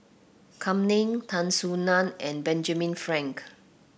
Kam Ning Tan Soo Nan and Benjamin Frank